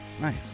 nice